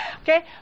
Okay